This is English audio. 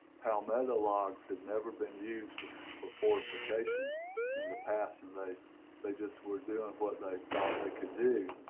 palmetto logs had never been used for fortification in the past and they they just were doing what they thought they could do